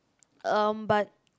um but